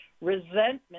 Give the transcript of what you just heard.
resentment